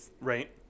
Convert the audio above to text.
Right